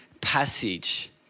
passage